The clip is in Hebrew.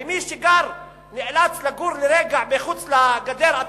ואם מישהו נאלץ לגור לרגע מחוץ לגדר,